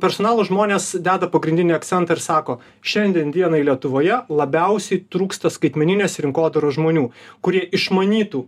personalo žmonės deda pagrindinį akcentą ir sako šiandien dienai lietuvoje labiausiai trūksta skaitmeninės rinkodaros žmonių kurie išmanytų